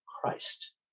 Christ